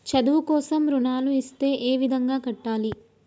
చదువు కోసం రుణాలు ఇస్తే ఏ విధంగా కట్టాలి?